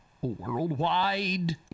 worldwide